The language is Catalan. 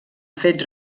fets